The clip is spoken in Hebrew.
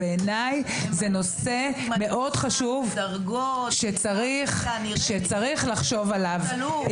בעיניי, זה נושא מאוד חשוב שצריך לחשוב עליו.